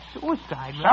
suicide